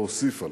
להוסיף עליו.